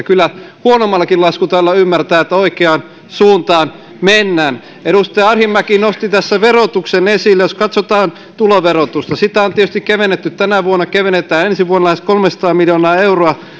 kyllä huonommallakin laskutaidolla ymmärtää että oikeaan suuntaan mennään edustaja arhinmäki nosti tässä verotuksen esille jos katsotaan tuloverotusta sitä on tietysti kevennetty tänä vuonna on kevennetty ja ensi vuonna kevennetään lähes kolmesataa miljoonaa euroa mutta